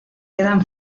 quedan